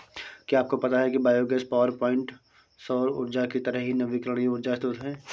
क्या आपको पता है कि बायोगैस पावरप्वाइंट सौर ऊर्जा की तरह ही नवीकरणीय ऊर्जा स्रोत है